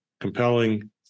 compelling